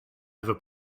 ever